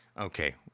Okay